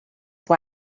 why